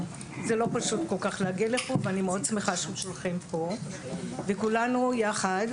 זה לא פשוט כל כך להגיע לפה ואני מאוד שמה שאתם פה וכולנו יחד,